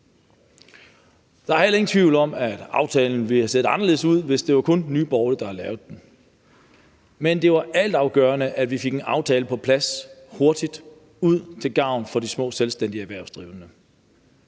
Der er ingen tvivl om, at aftalen ville have set anderledes ud, hvis det kun var Nye Borgerlige, der havde lavet den. Men det var altafgørende, at vi fik en aftale på plads hurtigt til gavn for de små selvstændige erhvervsdrivende.